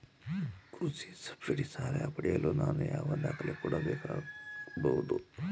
ಕೃಷಿ ಸಬ್ಸಿಡಿ ಸಾಲ ಪಡೆಯಲು ನಾನು ಯಾವ ದಾಖಲೆ ಕೊಡಬೇಕಾಗಬಹುದು?